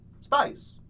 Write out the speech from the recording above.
spice